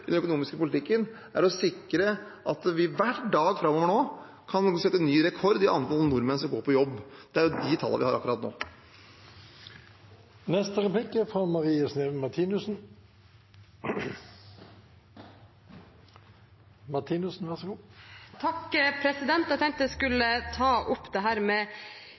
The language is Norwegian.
i den økonomiske politikken, er å sikre at vi hver dag framover nå kan sette ny rekord i antall nordmenn som går på jobb. Det er de tallene vi har akkurat nå. Jeg tenkte at jeg skulle ta opp dette med gjennomsnitt, for det er ofte nyttig når en skal se på ting, men min påstand er at i et samfunn med